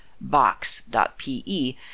box.pe